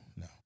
no